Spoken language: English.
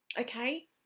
okay